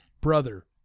brother